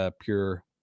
pure